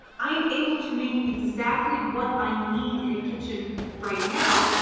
i am able to make exactly what i need in a kitchen right now,